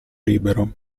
libero